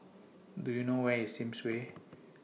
Do YOU know Where IS Sims Way